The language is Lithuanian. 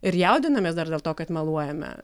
ir jaudinamės dar dėl to kad meluojame